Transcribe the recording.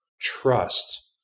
trust